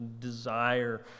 desire